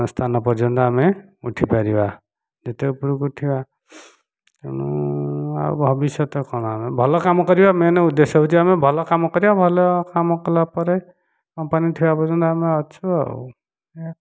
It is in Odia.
ସ୍ଥାନ ପର୍ଯ୍ୟନ୍ତ ଆମେ ଉଠିପାରିବା ଯେତେ ଉପରକୁ ଉଠିବା ତେଣୁ ଆଉ ଭବିଷ୍ୟତ କ'ଣ ଭଲ କାମ କରିବା ମେନ୍ ଉଦ୍ଦେଶ୍ୟ ହେଉଛି ଆମେ ଭଲ କାମ କରିବା ଭଲ କାମ କଲାପରେ କମ୍ପାନୀ ଠିଆହେବା ପର୍ଯ୍ୟନ୍ତ ଆମେ ଅଛୁ ଆଉ ଏଇଆ ତ